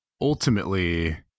ultimately